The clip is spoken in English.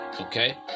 Okay